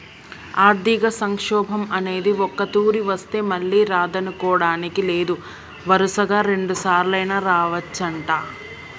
ఆర్థిక సంక్షోభం అనేది ఒక్కతూరి వస్తే మళ్ళీ రాదనుకోడానికి లేదు వరుసగా రెండుసార్లైనా రావచ్చంట